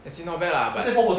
S_A not bad lah but